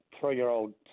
three-year-old